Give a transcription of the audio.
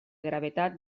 gravetat